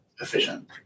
efficient